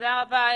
תודה רבה.